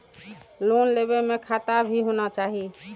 Loan लेबे में खाता भी होना चाहि?